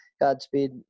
godspeed